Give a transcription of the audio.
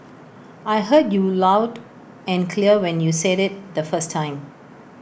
I heard you loud and clear when you said IT the first time